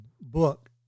book